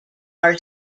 are